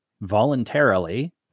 voluntarily